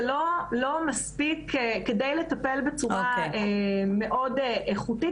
זה לא מספיק: כדי לטפל בצורה מאוד איכותית,